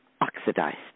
oxidized